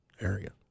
area